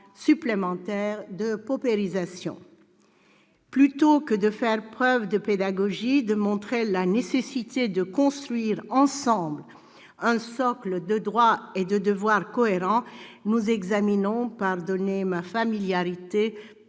supplémentaire de paupérisation. Plutôt que de faire preuve de pédagogie, de montrer la nécessité de construire, ensemble, un socle de droits et de devoirs cohérents, nous examinons, pardonnez ma familiarité,